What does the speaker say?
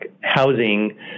housing